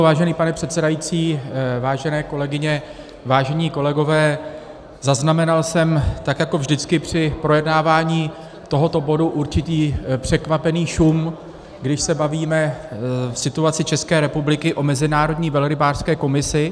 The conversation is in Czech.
Vážený pane předsedající, vážené kolegyně, vážení kolegové, zaznamenal jsem, tak jako vždycky při projednávání tohoto bodu, určitý překvapený šum, když se bavíme v situaci České republiky o Mezinárodní velrybářské komisi.